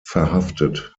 verhaftet